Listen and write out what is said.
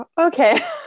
okay